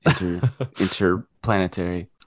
interplanetary